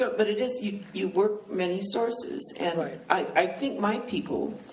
but but it is, you you work many sources. and i i think my people